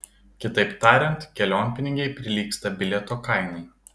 kitaip tariant kelionpinigiai prilygsta bilieto kainai